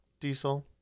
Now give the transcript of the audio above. Diesel